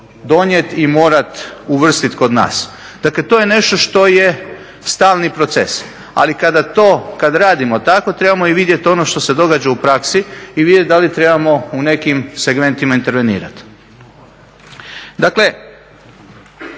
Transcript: donijeti i morati uvrstiti kod nas. Dakle to je nešto što je stalni proces. Ali kada radimo tako trebamo i vidjeti ono što se događa u praksi i vidjeti da li trebamo u nekim segmentima intervenirati. Dakle,